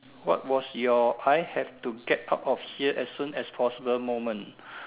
what was your I have to get out of here as soon as possible moment